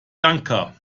lanka